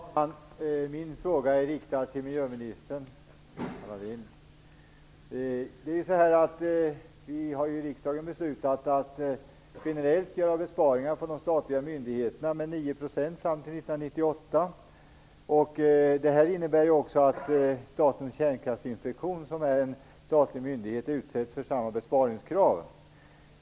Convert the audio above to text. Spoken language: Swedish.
Fru talman! Min fråga riktas till miljöminister Vi har i riksdagen beslutat att generellt göra besparingar i de statliga myndigheterna på 9 % fram till 1998. Det innebär att Statens kärnkraftinspektion, som är en statlig myndighet, utsätts för samma besparingskrav.